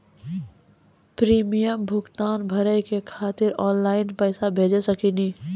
Premium भुगतान भरे के खातिर ऑनलाइन पैसा भेज सकनी?